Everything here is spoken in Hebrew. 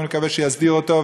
אני מקווה שיסדירו אותו,